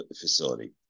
facility